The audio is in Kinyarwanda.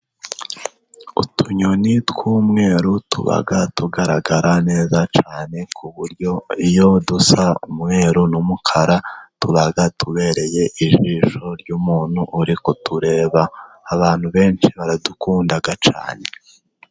Utunyoni tw'umweru tuba tugaragara neza cyane ku buryo iyo dusa umweru n'umukara tuba tubereye ijisho ry'umuntu uri tureba, abantu benshi baradukunda cyane.